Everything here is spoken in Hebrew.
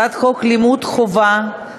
הצעת חוק השידור הציבורי הישראלי (תיקון,